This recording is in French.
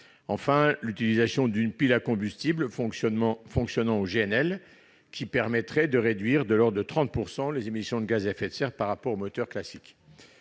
20 %; l'utilisation d'une pile à combustible fonctionnant au GNL, qui permettrait de réduire de 30 % les émissions de gaz à effet de serre par rapport aux moteurs classiques.